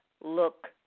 look